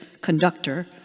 conductor